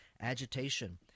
agitation